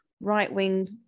right-wing